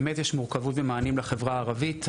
יש באמת מורכבות במענים לחברה הערבית.